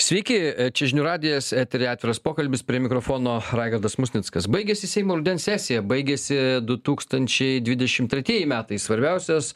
sveiki čia žinių radijas eteryje atviras pokalbis prie mikrofono raigardas musnickas baigėsi seimo rudens sesija baigėsi du tūkstančiai dvidešim tretieji metai svarbiausias